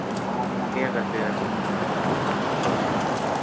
ते खाना पीना केह् अगर